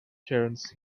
terence